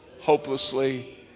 hopelessly